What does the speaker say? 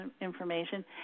information